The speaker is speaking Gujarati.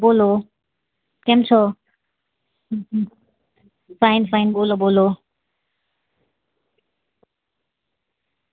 બોલો કેમ છો ફાઈન ફાઈન બોલો બોલો